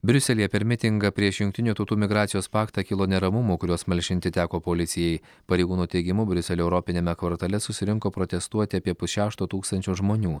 briuselyje per mitingą prieš jungtinių tautų migracijos paktą kilo neramumų kuriuos malšinti teko policijai pareigūnų teigimu briuselio europiniame kvartale susirinko protestuoti apie pusšešto tūkstančio žmonių